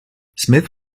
smith